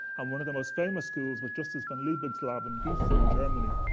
and one of the most famous schools was justus von liebig lab in giessen, in germany.